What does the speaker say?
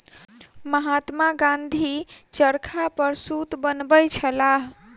महात्मा गाँधी चरखा पर सूत बनबै छलाह